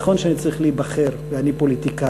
נכון שאני צריך להיבחר ואני פוליטיקאי,